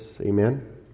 Amen